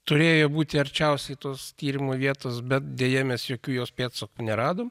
turėjo būti arčiausiai tos tyrimo vietos bet deja mes jokių jos pėdsakų neradom